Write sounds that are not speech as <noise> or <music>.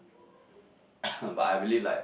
<coughs> but I believe like